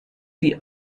wie